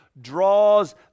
Draws